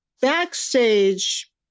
Backstage